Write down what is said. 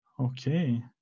Okay